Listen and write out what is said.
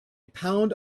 pound